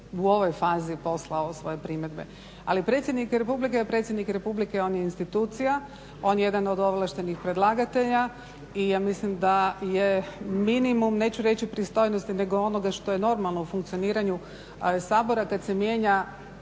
u ovoj fazi poslao svoje primjedbe. Ali predsjednik Republike je predsjednik Republike i on je institucija, on je jedan od ovlaštenih predlagatelja i ja mislim da je minimum neću reći pristojnosti nego onoga što je normalno u funkcioniranju Sabora kad se mijenja